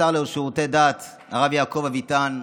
השר לשירותי דת הרב יעקב אביטן,